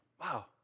Wow